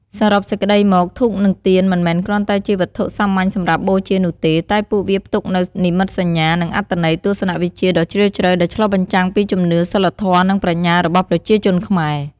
សរុបសេចក្ដីមក ធូប និងទៀន មិនមែនគ្រាន់តែជាវត្ថុសាមញ្ញសម្រាប់បូជានោះទេ តែពួកវាផ្ទុកនូវ និមិត្តសញ្ញា និងអត្ថន័យទស្សនវិជ្ជាដ៏ជ្រាលជ្រៅ ដែលឆ្លុះបញ្ចាំងពីជំនឿ សីលធម៌ និងប្រាជ្ញារបស់ប្រជាជនខ្មែរ។